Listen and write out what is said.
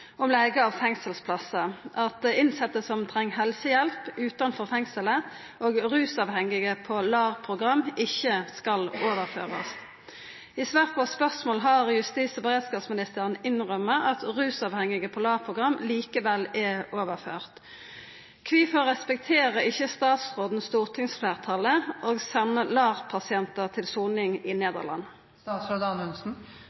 om leige av fengselsplassar, at innsette som treng helsehjelp utanfor fengselet og rusavhengige på LAR-program ikkje skal overførast. I svar på skriftleg spørsmål har justis- og beredskapsministeren innrømma at rusavhengige på LAR-program likevel er overførte. Kvifor respekterer ikkje statsråden stortingsfleirtalet og sender LAR-pasientar til soning i